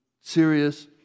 serious